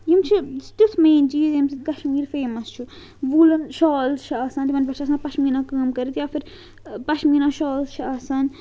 یِم چھِ تیُتھ مین چیٖز ییٚمہِ سۭتۍ کَشمیٖر فیمَس چھُ ووٗلَن شالٕز چھِ آسان تِمَن پٮ۪ٹھ چھِ آسان پَشمیٖنا کٲم کٔرِتھ یا پھر پَشمیٖنا شالٕز چھِ آسان